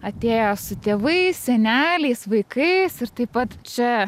atėjo su tėvais seneliais vaikais ir taip pat čia